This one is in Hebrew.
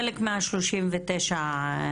כן, לשנה שאחריה.